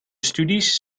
studies